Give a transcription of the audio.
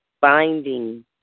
binding